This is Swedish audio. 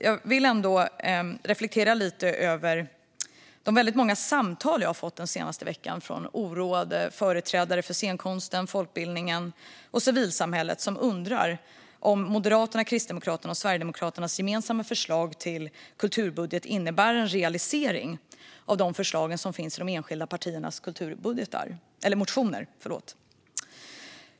Jag vill ändå reflektera lite över de väldigt många samtal jag fått den senaste veckan från oroade företrädare för scenkonsten, folkbildningen och civilsamhället som undrar om Moderaternas, Kristdemokraternas och Sverigedemokraternas gemensamma förslag till kulturbudget innebär en realisering av de förslag som finns i de enskilda partiernas motioner.